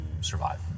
survive